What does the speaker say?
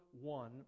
one